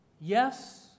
Yes